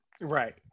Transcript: Right